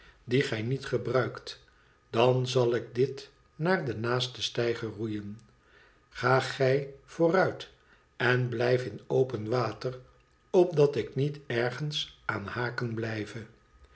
die gij niet gebruikt dan zal ik dit naar den naasten steiger roeien ga gij vooruit en blijf in open water opdat ik niet ergens aan haken blijve